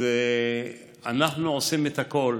אנחנו עושים את הכול